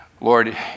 Lord